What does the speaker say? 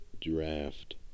Draft